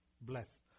bless